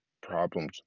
problems